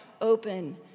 open